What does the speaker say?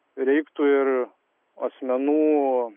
reiktų ir asmenų